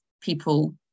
people